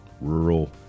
rural